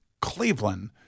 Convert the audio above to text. Cleveland